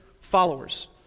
followers